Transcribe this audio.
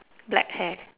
black hair